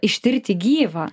ištirti gyvą